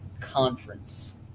conference